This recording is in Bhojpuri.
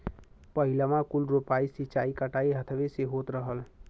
पहिलवाँ कुल रोपाइ, सींचाई, कटाई हथवे से होत रहल